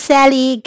Sally